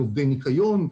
על עובדי ניקיון,